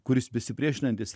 kuris besipriešinantis